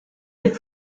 des